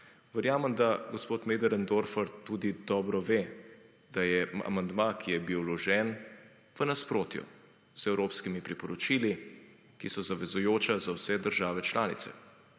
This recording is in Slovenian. Verjamem, da gospod Möderndorfer tudi dobro ve, da je amandma, ki je bil vložen v nasprotju z Evropskimi priporočili, ki so zavezujoča za vse države članice.